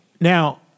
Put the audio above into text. now